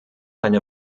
eine